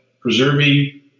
preserving